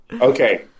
okay